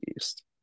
East